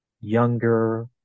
younger